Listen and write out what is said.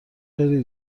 خیلی